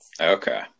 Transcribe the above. okay